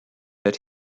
that